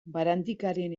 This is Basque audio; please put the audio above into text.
barandikaren